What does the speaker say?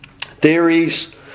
theories